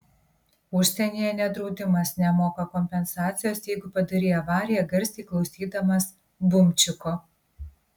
užsienyje net draudimas nemoka kompensacijos jeigu padarei avariją garsiai klausydamas bumčiko